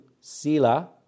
sila